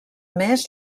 més